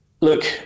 Look